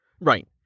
Right